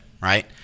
right